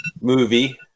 movie